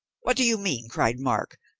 what do you mean? cried mark,